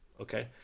okay